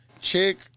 Chick